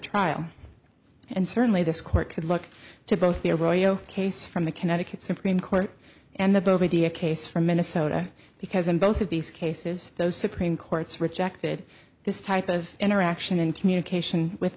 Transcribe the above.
trial and certainly this court could look to both the arroyo case from the connecticut supreme court and the boat media case from minnesota because in both of these cases those supreme courts rejected this type of interaction and communication with